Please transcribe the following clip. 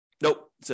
Nope